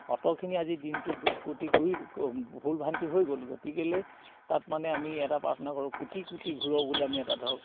অতখিনি আজি দিনটোত দুখ ক্ৰুটি কৰিলো ভুল ভ্ৰান্তি হৈ গ'ল গতিকেলে তাত মানে আমি এটা প্ৰাৰ্থনা কৰোঁ কুটি কুটি ঘূৰাওঁ বুলি আমি এটা ধৰক